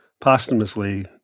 posthumously